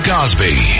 Cosby